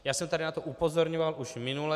Já jsem tady na to upozorňoval už minule.